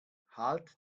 halt